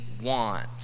want